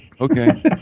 Okay